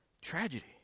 tragedy